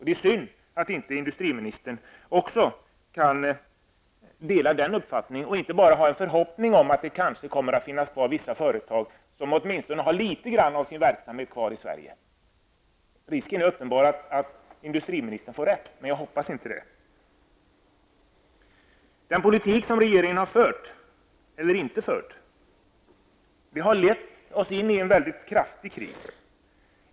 Det är synd att inte industriministern kan dela den uppfattningen. Industriministern har bara förhoppningen att det kanske kommer att finnas vissa företag som åtminstone har litet grand av sin verksamhet kvar i Sverige. Risken är uppenbar att industriministern får rätt, men jag hoppas inte det. Den politik som regeringen har fört -- eller kanske har den inte fört någon politik -- har lett oss in i en väldigt kraftig kris.